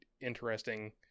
interesting